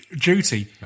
duty